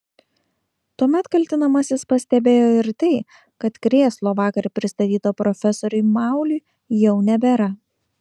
tuomet kaltinamasis pastebėjo ir tai kad krėslo vakar pristatyto profesoriui mauliui jau nebėra